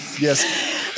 Yes